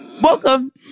Welcome